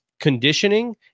conditioning